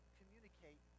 communicate